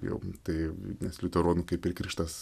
jau tai nes liuteronų kaip ir krikštas